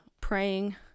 praying